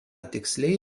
tiksliai